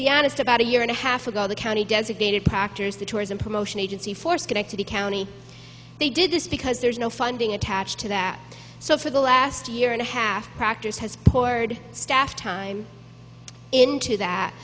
be honest about a year and a half ago the county designated proctors the tourism promotion agency for schenectady county they did this because there's no funding attached to that so for the last year and a half tractors has poured staff time into that